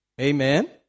Amen